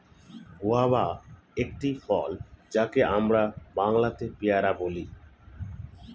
guava একটি ফল যাকে আমরা বাংলাতে পেয়ারা বলি